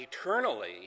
eternally